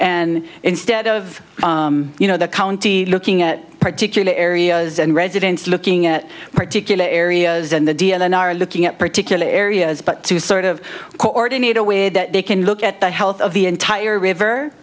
and instead of you know the county looking at particular areas and residents looking at particular areas and the d n r looking at particular areas but to sort of coordinate a way that they can look at the health of the entire river